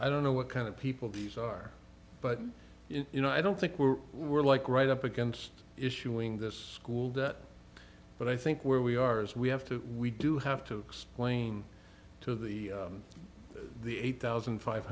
i don't know what kind of people these are but you know i don't think we're we're like right up against issuing this school that but i think where we are is we have to we do have to explain to the the eight thousand five